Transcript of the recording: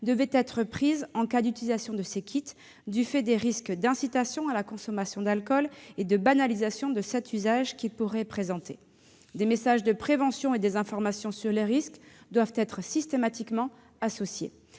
devaient être prises en cas d'utilisation de ces kits du fait des risques d'incitation à la consommation d'alcool et de banalisation de son usage qu'ils pourraient présenter. Des messages de prévention et d'information sur les risques doivent y être systématiquement associés.